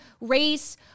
race